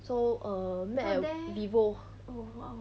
so err met at vivo